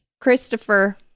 Christopher